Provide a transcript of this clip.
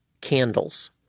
candles